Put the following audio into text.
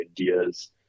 ideas